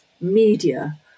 media